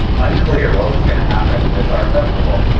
unclear what was going to happen with our festival.